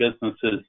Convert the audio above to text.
Businesses